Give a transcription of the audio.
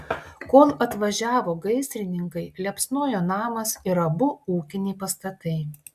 kol atvažiavo gaisrininkai liepsnojo namas ir abu ūkiniai pastatai